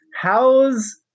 How's